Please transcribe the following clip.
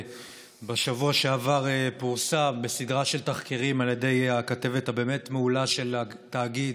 בשבוע שעבר פורסם בסדרה של תחקירים על ידי הכתבת הבאמת-מעולה של התאגיד